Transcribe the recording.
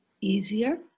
Easier